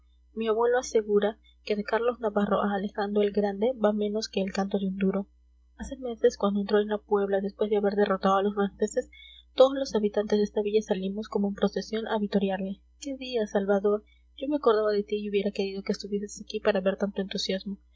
mi abuelo asegura que de carlos navarro a alejandro el grande va menos que el canto de un duro hace meses cuando entró en la puebla después de haber derrotado a los franceses todos los habitantes de esta villa salimos como en procesión a vitorearle qué día salvador yo me acordaba de ti y hubiera querido que estuvieses aquí para ver tanto entusiasmo